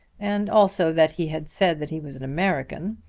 and also that he had said that he was an american.